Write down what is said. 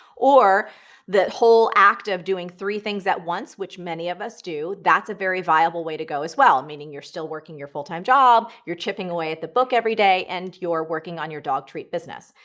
or the whole act of doing three things at once, which many of us do, that's a very viable way to go as well. meaning you're still working your full-time job, you're chipping away at the book every day, and you're working on your dog treat business.